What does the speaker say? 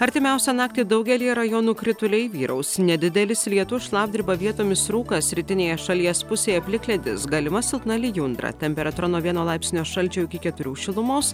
artimiausią naktį daugelyje rajonų krituliai vyraus nedidelis lietus šlapdriba vietomis rūkas rytinėje šalies pusėje plikledis galima silpna lijundra temperatūra nuo vieno laipsnio šalčio iki keturių šilumos